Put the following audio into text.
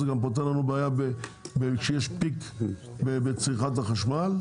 זה גם פותר לנו בעיה כשיש פיק בצריכת החשמל.